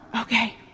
Okay